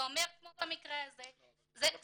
זה אומר כמו במקרה הזה- -- אבל עם כל הכבוד,